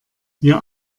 wir